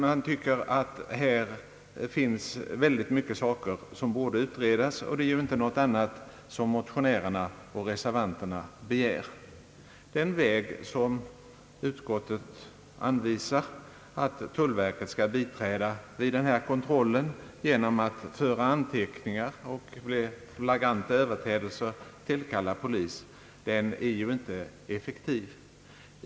Jag anser att det finns många saker som borde utredas, och det är ju inte något annat som motionärerna och reservanterna begär. Den väg som utskottet anvisar, nämligen att tullverket skall biträda vid kontrollen genom att föra anteckningar och vid flagranta överträdelser tillkalla polis, är inte effektiv.